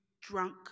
drunk